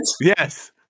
Yes